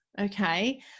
okay